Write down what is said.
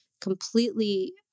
completely